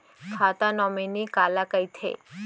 खाता नॉमिनी काला कइथे?